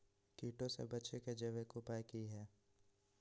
कीटों से बचे के जैविक उपाय की हैय?